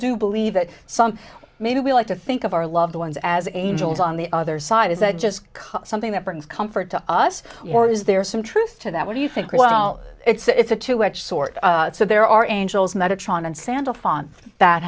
do believe that some maybe we like to think of our loved ones as angels on the other side is that just something that brings comfort to us or is there some truth to that what do you think well it's a two edged sword so there are angels